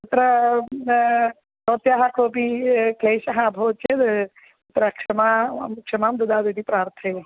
अत्र वा भवत्याः कोपि क्लेशः अभवत् चेद् त्र क्षमां क्षमां ददातु इति प्रार्थये